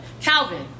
Calvin